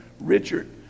Richard